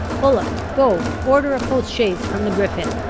bullock, go, order a post-chaise from the griffin!